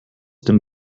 dem